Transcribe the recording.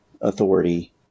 authority